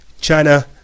China